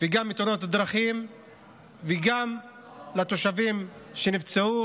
וגם מתאונות הדרכים וגם לתושבים שנפצעו